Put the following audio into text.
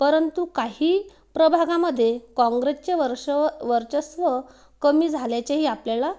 परंतु काही प्रभागामध्ये काँग्रेसचे वर्ष वर्चस्व कमी झाल्याचेही आपल्याला